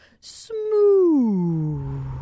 Smooth